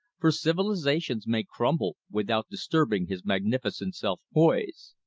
for civilizations may crumble without disturbing his magnificent self-poise.